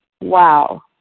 wow